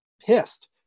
pissed